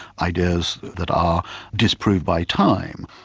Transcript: ideas that are disproved by time.